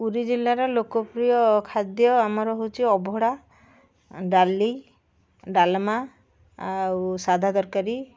ପୁରୀ ଜିଲ୍ଲାର ଲୋକପ୍ରିୟ ଖାଦ୍ୟ ଆମର ହେଉଛି ଅବଢ଼ା ଡାଲି ଡାଲମା ଆଉ ସାଧା ତରକାରୀ